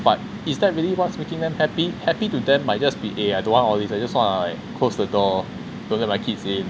but is that really what's making them happy happy to them might just be eh I don't want all this I just want to like close the door don't let my kids in